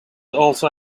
also